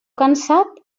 cansat